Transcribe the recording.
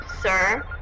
Sir